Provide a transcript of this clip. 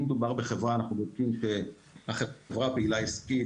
אם מדובר בחברה, אנחנו בודקים שהחברה פעילה עסקית.